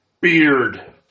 Beard